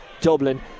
Dublin